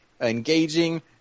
engaging